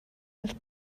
els